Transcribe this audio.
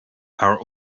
are